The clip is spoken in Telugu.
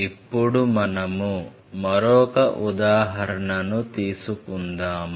ఇప్పుడు మనము మరొక ఉదాహరణను తీసుకుందాం